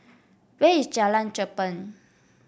where is Jalan Cherpen